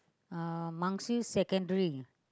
uh Mansjuri-Secondary